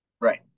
Right